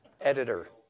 editor